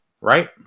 Right